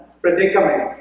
predicament